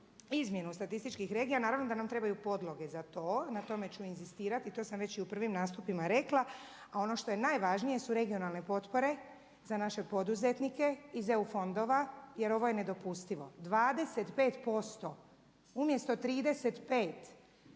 izmjenu statistički regija naravno da nam trebaju podloge za to. Na tome ću inzistirati i to sam već i u prvim nastupima rekla. A ono što je najvažnije su regionalne potpore za naše poduzetnike iz EU fondova jer ovo je nedopustivo. 25% umjesto 35